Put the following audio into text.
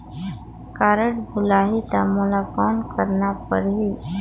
Card भुलाही ता मोला कौन करना परही?